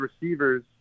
receivers